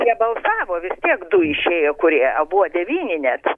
jie balsavo vis tiek du išėjo kurie abu devyni net